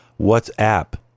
WhatsApp